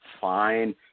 fine